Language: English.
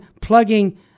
plugging